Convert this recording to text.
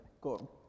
cool